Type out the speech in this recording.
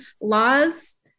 laws